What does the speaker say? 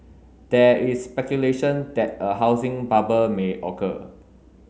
there is speculation that a housing bubble may occur